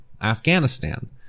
Afghanistan